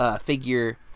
figure